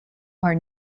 are